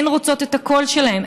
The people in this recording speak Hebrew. הן רוצות את הקול שלהן,